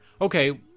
okay